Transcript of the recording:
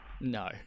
No